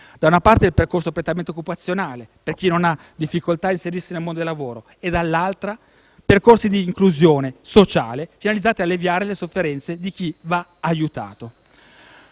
da una parte il percorso prettamente occupazionale per chi non ha difficoltà a inserirsi nel mondo del lavoro e, dall'altra, percorsi di inclusione sociale finalizzati ad alleviare le sofferenze di chi va aiutato.